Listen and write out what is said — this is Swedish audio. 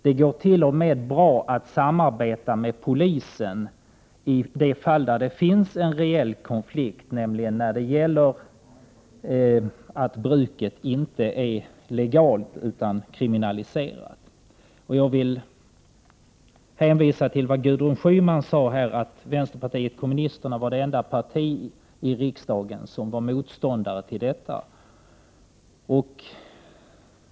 Det går t.o.m. bra att samarbeta med polisen i de fall där det finns en reell konflikt, nämligen när det gäller ett bruk som inte är legalt utan kriminaliserat. Jag vill hänvisa till vad Gudrun Schyman sade, nämligen att vpk var det enda parti i riksdagen som motsatte sig kriminaliseringen.